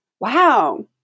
wow